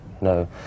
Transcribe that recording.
No